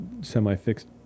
semi-fixed